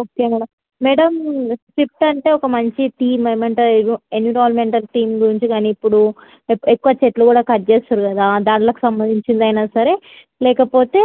okay madam madam script అంటే ఒక మంచి థీమ్ ఏమి అంటారు ఇగో ఎన్విరాన్మెంటల్ థీమ్ గురించి కానీ ఇప్పుడు ఎక్కువ చెట్లు కూడా కట్ చేస్తున్నారు కదా దాన్లోకి సంబంధించింది అయినా సరే లేకపోతే